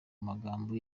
magambo